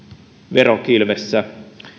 verokilvessä